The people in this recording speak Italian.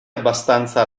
abbastanza